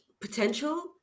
potential